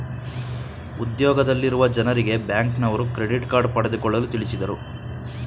ಉದ್ಯೋಗದಲ್ಲಿರುವ ಜನರಿಗೆ ಬ್ಯಾಂಕ್ನವರು ಕ್ರೆಡಿಟ್ ಕಾರ್ಡ್ ಪಡೆದುಕೊಳ್ಳಲು ತಿಳಿಸಿದರು